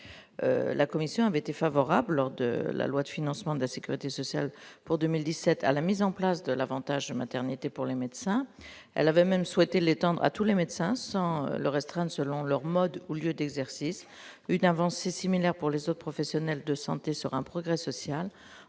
la commission avait été favorable lors de la loi de financement de la Sécurité sociale pour 2017 à la mise en place de l'Avantage maternité pour les médecins, elle avait même souhaité l'étendre à tous les médecins sans le restreindre selon leur mode au lieu d'exercice une avancée similaire pour les autres professionnels de santé sur un progrès social,